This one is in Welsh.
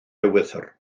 ewythr